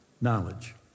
knowledge